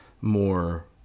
more